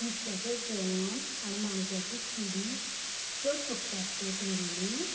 नुस्त्याचें जेवण आनी माणक्याची चिली चड खपतात तर तुमगेली